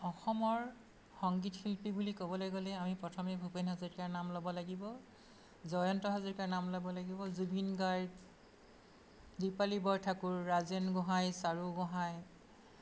অসমৰ সংগীত শিল্পী বুলি ক'বলৈ গ'লে আমি প্ৰথমেই ভূপেন হাজৰিকাৰ নাম ল'ব লাগিব জয়ন্ত হাজৰিকাৰ নাম ল'ব লাগিব জুবিন গাৰ্গ দিপালী বৰঠাকুৰ ৰাজেন গোহাঁই চাৰু গোহাঁই